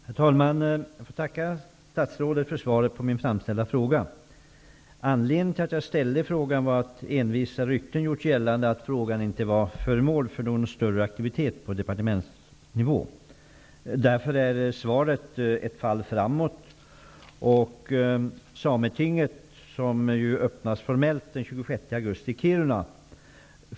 Herr talman! Jag får tacka statsrådet för svaret på min fråga. Anledningen till att jag ställde frågan är att envisa rykten gjort gällande att frågan inte föranlett någon större aktivitet på departementsnivå. Därför är svaret ett fall framåt. Sametinget öppnas ju formellt den 26 augusti i Kiruna.